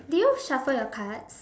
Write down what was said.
do you shuffle your cards